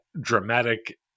dramatic